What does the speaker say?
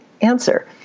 answer